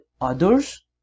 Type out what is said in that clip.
others